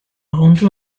rendu